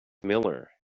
miller